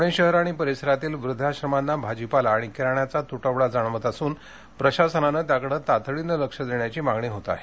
पुणे शहर आणि परिसरातील वृद्धाश्रमांना भाजीपाला आणि किराण्याचा तुटवडा जाणवत असून प्रशासनान त्याकडे तातडीनं लक्ष देण्याची मागणी होत आहे